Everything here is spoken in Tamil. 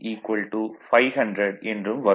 2475Wc 500 என்றும் வரும்